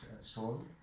soul